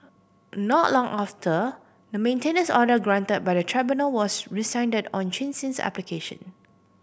not long after the maintenance order granted by the tribunal was rescinded on Chin Sin's application